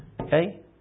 Okay